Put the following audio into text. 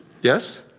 Yes